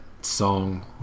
song